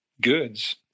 goods